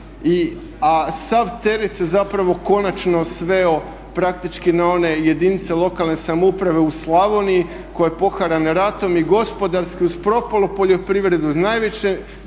sav teret se zapravo konačno sveo praktički na one jedinice lokalne samouprave u Slavoniji koje poharane ratom i gospodarski uz propalu poljoprivredu najviše,